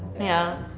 yeah.